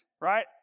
right